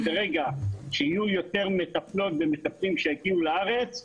ברגע שיהיו יותר מטפלים ומטפלות שיגיעו לארץ,